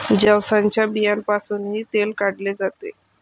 जवसाच्या बियांपासूनही तेल काढले जाते